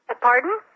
Pardon